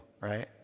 right